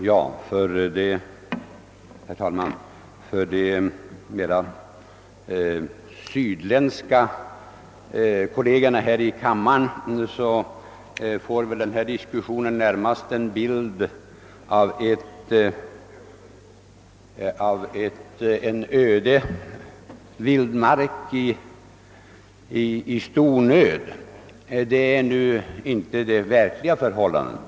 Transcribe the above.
Herr talman! För mina medkamrater i denna kammare från södra Sverige ger väl denna diskussion en bild av Norrland som en öde vildmark i stor nöd. Det är nu inte verkliga förhållandet.